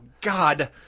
God